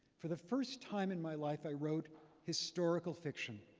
for the first time in my life, i wrote historical fiction,